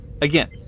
again